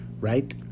Right